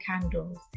candles